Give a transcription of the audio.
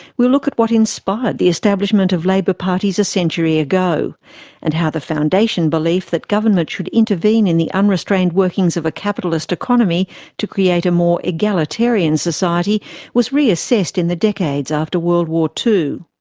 we'll look at what inspired the establishment of labour parties a century ago and how the foundation belief that government should intervene in the unrestrained workings of a capitalist economy to create a more egalitarian society was reassessed in the decades after world war ii.